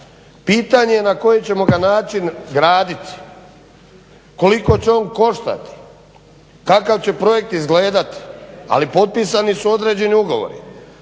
Pitanje je na koji ćemo ga način graditi, koliko će on koštati, kakav će projekt izgledati, ali potpisani su određeni ugovori.